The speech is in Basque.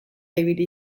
ibili